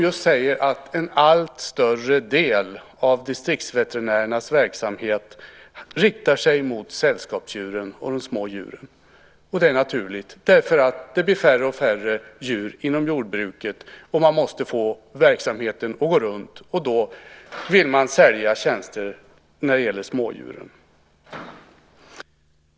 De säger att en allt större del av distriktsveterinärernas verksamhet riktar sig mot sällskapsdjur och små djur. Det är naturligt eftersom det blir färre och färre djur inom jordbruket, och man måste få verksamheten att gå runt. Då vill man sälja tjänster till smådjursägarna.